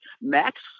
Max